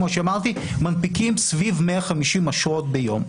כמו שאמרתי, מנפיקים סביב 150 אשרות ביום.